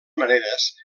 maneres